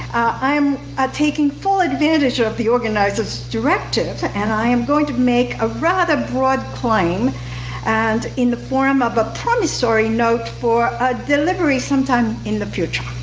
i am taking full advantage of the organizer's directive. and i am going to make a rather broad claim and in the form of a promissory note for ah delivery sometime in the future.